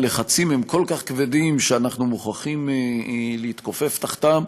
הלחצים כל כך כבדים שאנחנו מוכרחים להתכופף תחתם,